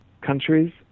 countries